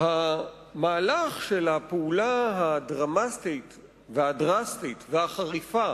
המהלך של הפעולה הדרמטית והדרסטית והחריפה